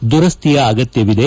ದುರಸ್ವಿಯ ಅಗತ್ನವಿದೆ